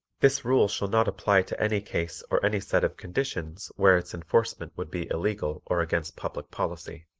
this rule shall not apply to any case or any set of conditions where its enforcement would be illegal or against public policy.